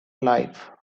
life